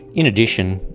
in addition,